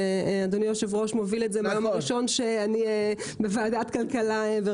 ואדוני היושב-ראש מוביל מהיום הראשון שהוא יושב-ראש ועדת הכלכלה.